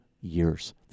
years